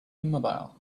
immobile